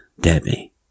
Debbie